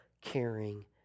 caring